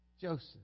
Joseph